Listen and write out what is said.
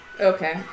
Okay